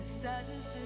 sadness